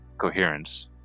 coherence